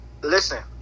listen